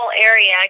area